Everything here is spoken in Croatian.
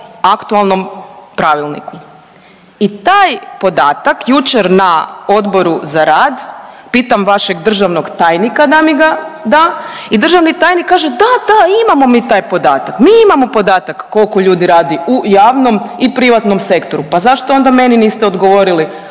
aktualnom pravilniku. I taj podatak jučer na Odboru za rad, pitam vašeg državnog tajnika da mi ga da i državni tajnik kaže da, da, imamo taj podatak, mi imamo podatak koliko ljudi radi u javnom i privatnom sektoru. Pa zašto onda meni niste meni odgovorili?